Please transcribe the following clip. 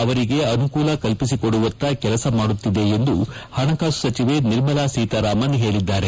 ಅವರಿಗೆ ಅನೂಕಲ ಕಲ್ಪಿಸಿಕೊಡುವತ್ತ ಕೆಲಸ ಮಾಡುತ್ತಿದೆ ಎಂದು ಹಣಕಾಸು ಸಚಿವೆ ನಿರ್ಮಲಾ ಸೀತಾರಾಮನ್ ಹೇಳಿದ್ದಾರೆ